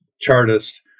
Chartist